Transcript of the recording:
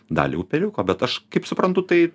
dalį upeliuko bet aš kaip suprantu tai